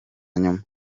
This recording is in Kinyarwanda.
nyuma